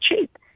cheap